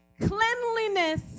cleanliness